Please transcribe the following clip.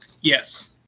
Yes